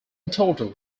total